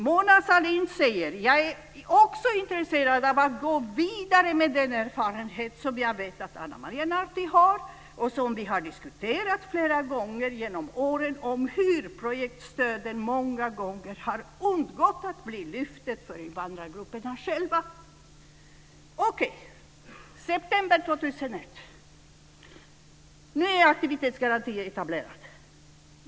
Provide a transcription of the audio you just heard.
Mona Sahlin sade att hon också var intresserad av att gå vidare med den erfarenhet hon visste att Ana Maria Narti hade, och som vi hade diskuterat flera gånger genom åren, om hur projektstöden många gånger har undgått att bli lyftet för invandrargrupperna. Okej. Det var i september 2001. Nu är aktivitetsgarantin etablerad.